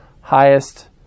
highest